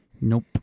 Nope